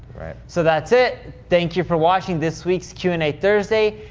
right. so, that's it. thank you for watching this week's q and a thursday.